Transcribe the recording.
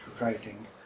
writing